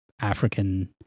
African